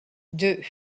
deux